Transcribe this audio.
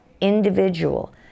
individual